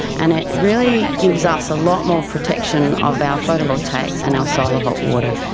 and it really gives us a lot more protection of our photovoltaics and our solar hot water.